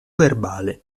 verbale